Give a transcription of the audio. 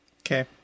Okay